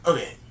Okay